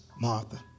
Martha